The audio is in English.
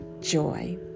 joy